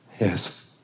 Yes